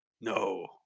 No